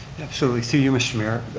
so we see you mr. mayor.